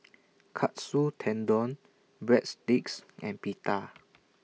Katsu Tendon Breadsticks and Pita